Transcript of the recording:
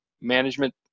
management